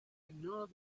ignore